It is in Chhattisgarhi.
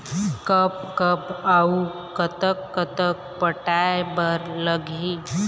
कब कब अऊ कतक कतक पटाए बर लगही